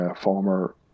former